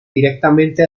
directamente